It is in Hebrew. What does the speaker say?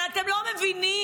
אבל אתם לא מבינים,